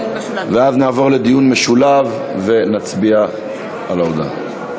ואז נעבור לדיון משולב ונצביע על ההודעה.